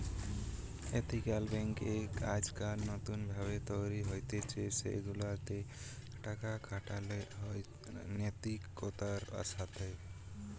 ethical banking আজকাল নতুন ভাবে তৈরী হতিছে সেগুলা তে টাকা খাটানো হয় নৈতিকতার সাথে